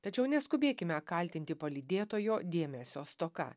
tačiau neskubėkime kaltinti palydėtojo dėmesio stoka